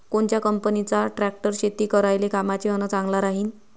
कोनच्या कंपनीचा ट्रॅक्टर शेती करायले कामाचे अन चांगला राहीनं?